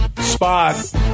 spot